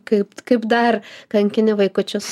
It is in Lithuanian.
kaip kaip dar kankini vaikučius